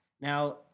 Now